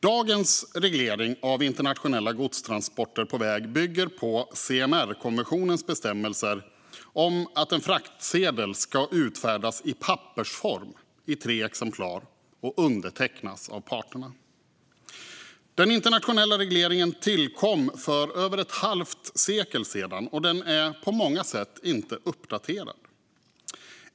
Dagens reglering av internationella godstransporter på väg bygger på CMR-konventionens bestämmelser om att en fraktsedel ska utfärdas i pappersform i tre exemplar och undertecknas av parterna. Den internationella regleringen tillkom för över ett halvt sekel sedan, och den är på många sätt inte uppdaterad.